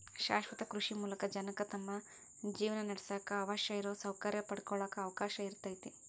ಶಾಶ್ವತ ಕೃಷಿ ಮೂಲಕ ಜನಕ್ಕ ತಮ್ಮ ಜೇವನಾನಡ್ಸಾಕ ಅವಶ್ಯಿರೋ ಸೌಕರ್ಯ ಪಡ್ಕೊಳಾಕ ಅವಕಾಶ ಇರ್ತೇತಿ